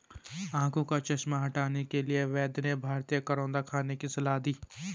आंखों का चश्मा हटाने के लिए वैद्य ने भारतीय करौंदा खाने की सलाह दी